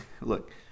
look